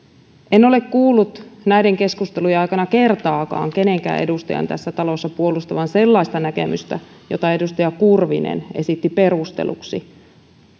en ole kuullut näiden keskustelujen aikana kertaakaan kenenkään edustajan tässä talossa puolustavan sellaista näkemystä jota edustaja kurvinen esitti perusteluksi